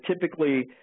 typically